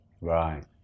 Right